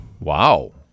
Wow